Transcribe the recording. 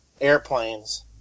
airplanes